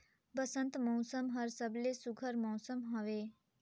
बंसत मउसम हर सबले सुग्घर मउसम हवे